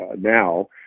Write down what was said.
now